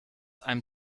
einem